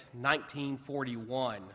1941